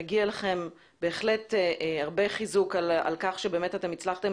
שמגיע לכם הרבה חיזוק על כך שהצלחתם